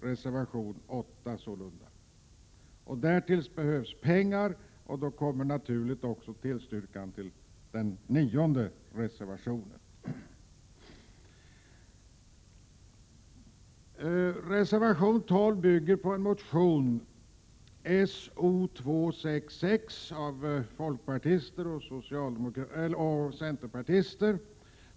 Det behövs pengar till det. Därmed kommer jag också naturligt in på en tillstyrkan av reservation 9. Reservation 12 bygger på motion S0266 av folkpartister och centerpartister.